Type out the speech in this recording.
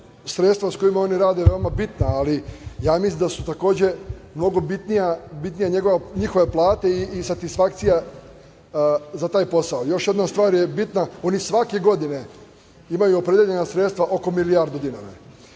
sredstva sa kojima oni rade veoma bitna, ali mislim da su mnogo bitnije njihove plate i satisfakcija za taj posao. Još jedna stvar je bitna, oni svake godine imaju opredeljena sredstva oko milijardu dinara. Takođe,